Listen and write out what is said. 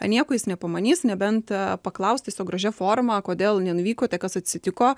nieko jis nepamanys nebent paklaus tiesiog gražia forma kodėl nenuvykote kas atsitiko